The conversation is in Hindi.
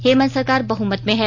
हेमन्त सरकार बहुमत में है